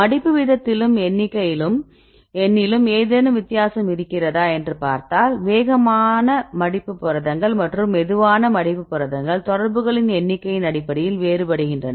மடிப்பு வீதத்திலும் எண்ணிலும் ஏதேனும் வித்தியாசம் இருக்கிறதா என்று பார்த்தால் வேகமான மடிப்பு புரதங்கள் மற்றும் மெதுவான மடிப்பு புரதங்கள் தொடர்புகளின் எண்ணிக்கையின் அடிப்படையில் வேறுபடுகின்றன